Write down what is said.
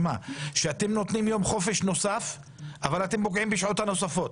לכך שאתם נותנים יום חופש נוסף על חשבון השעות הנוספות.